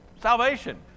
salvation